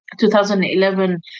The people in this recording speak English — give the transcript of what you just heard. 2011